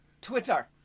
Twitter